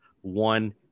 one